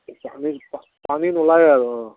পানী পানী নোলায় আৰু